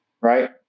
Right